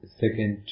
second